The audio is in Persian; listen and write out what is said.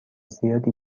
زیادی